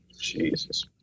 Jesus